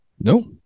No